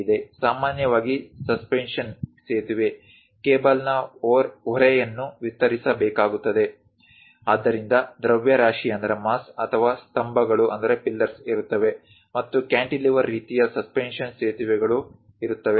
ಸಾಮಾನ್ಯವಾಗಿ ಸಸ್ಪೆನ್ಶನ್ ಸೇತುವೆ ಕೇಬಲ್ನ ಹೊರೆಯನ್ನು ವಿತರಿಸಬೇಕಾಗುತ್ತದೆ ಆದ್ದರಿಂದ ದ್ರವ್ಯರಾಶಿ ಅಥವಾ ಸ್ತಂಭಗಳು ಇರುತ್ತವೆ ಮತ್ತು ಕ್ಯಾಂಟಿಲಿವರ್ ರೀತಿಯ ಸಸ್ಪೆನ್ಶನ್ ಸೇತುವೆಗಳು ಇರುತ್ತವೆ